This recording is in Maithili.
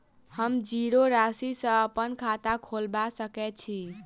हम जीरो राशि सँ अप्पन खाता खोलबा सकै छी?